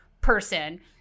person